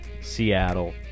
Seattle